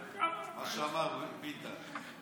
מה שאמר דוד ביטן,